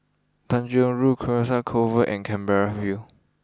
Tanjong Rhu Carcasa Convent and Canberra view